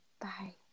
Bye